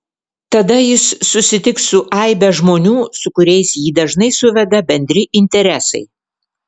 tada jis susitiks su aibe žmonių su kuriais jį dažnai suveda bendri interesai